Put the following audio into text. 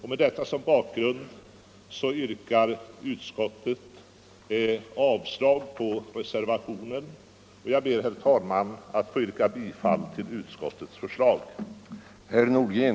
Med detta som bakgrund yrkar utskottet avslag på motionen 1975:1725, och jag ber, herr talman, att få yrka bifall till utskottets hemställan.